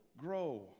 grow